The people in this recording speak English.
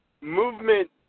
Movement